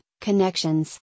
connections